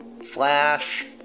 slash